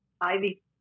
Ivy